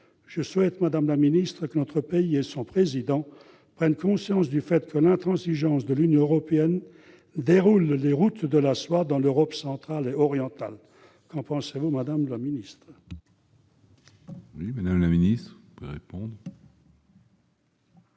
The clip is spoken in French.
Je souhaite, madame la ministre, que notre pays et son Président prennent conscience du fait que l'intransigeance de l'Union européenne déroule les routes de la soie dans l'Europe centrale et orientale. Qu'en pensez-vous ? La parole est à